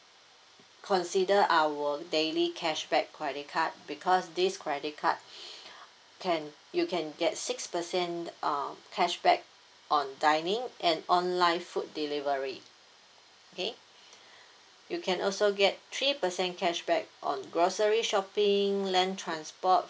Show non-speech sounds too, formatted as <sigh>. consider our daily cashback credit card because this credit card <breath> can you can get six percent um cashback on dining and online food delivery okay <breath> you can also get three percent cashback on grocery shopping land transport